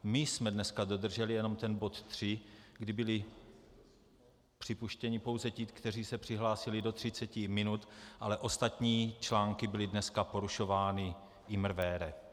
My jsme dneska dodrželi jenom bod 3, kdy byli připuštěni pouze ti, kteří se přihlásili do 30 minut, ale ostatní články byly dneska porušovány imrvére.